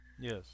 Yes